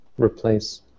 replace